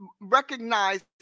recognize